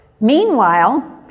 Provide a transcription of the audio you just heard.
Meanwhile